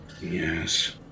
Yes